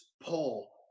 paul